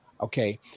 Okay